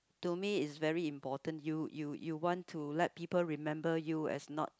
to me is very important you you you want to let people remember you as not